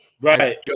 right